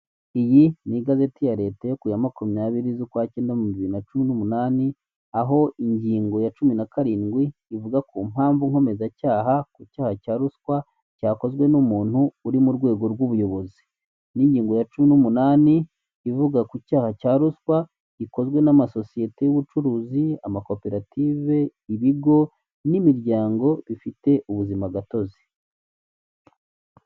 Iyi ni igazeti ya leta yo kuya makumyabiri zukwa kenda mubihumbi bibiri na cumi numunani, aho ingingo ya cumi na karindwi ivuga kumpamvu nkomezacyaha kucyaha cya ruswa cyakozwe numuntu uri murwego rw'ubuyobozi, n'ingingo ya cumi n'umunani ivuga kucyaha cya ruswa gikozwe n'amasosiyete y'ubucuruzi, amakoperative, ibigo n'imiryango bifite ubuzima gatozi.